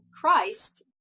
Christ